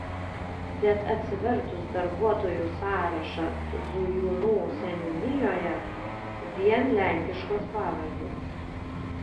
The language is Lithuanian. bet atsivertus darbuotojų sąrašą zujūnų seniūnijoje vien lenkiškos pavardes